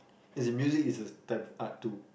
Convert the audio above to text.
as in music is a type of art too